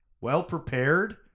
well-prepared